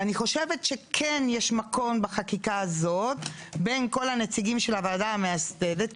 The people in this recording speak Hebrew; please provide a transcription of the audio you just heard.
אני חושבת שכן יש מקום בחקיקה הזאת בין כל הנציגים של הוועדה המאסדרת,